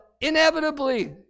inevitably